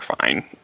fine